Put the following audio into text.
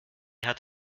hat